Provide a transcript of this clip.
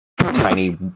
Tiny